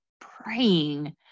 praying